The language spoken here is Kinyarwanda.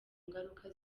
ngaruka